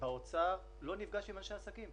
באוצר לא נפגש עם אנשי עסקים.